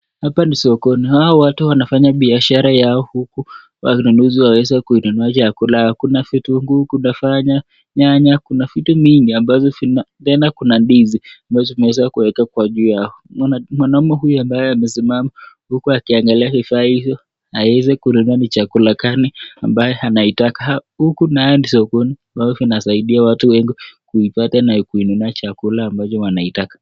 Hapa ni sokoni. Hawa watu wanafanya biashara yao huku wanunuzi waweze kununua chakula. Kuna vitunguu, kuna fanya, nyanya, kuna vitu mingi ambazo, tena kuna ndizi ambazo zimeweza kuweka kwa juu yao. Mwanamume huyu ambaye amesimama huku akiangalia vifaa hizo, aweze kununua ni chakula gani ambaye anahitaji. Huku na ni sokoni ambavyo vinasaidia watu wengi kuipata na kuinunua chakula ambacho wanahitaji.